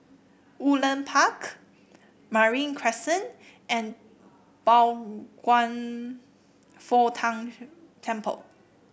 Woodleigh Park Marine Crescent and Pao Kwan Foh Tang Temple